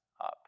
up